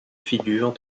figure